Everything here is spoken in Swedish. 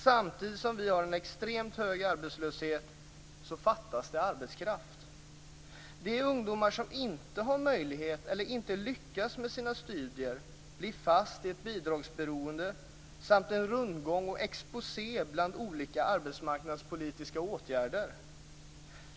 Samtidigt som vi har en extremt högt arbetslöshet fattas det arbetskraft. De ungdomar som inte har möjlighet att studera eller inte lyckas med sina studier blir fast i ett bidragsberoende samt en rundgång och exposé bland olika arbetsmarknadpolitiska åtgärder.